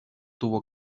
tuvo